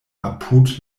apud